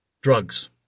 drugs